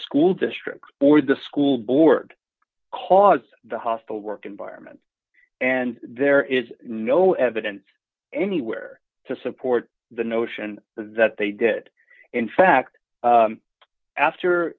school district board the school board cause the hostile work environment and there is no evidence anywhere to support the notion that they did in fact after